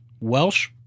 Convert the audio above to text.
Welsh